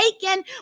taken